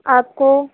آپ کو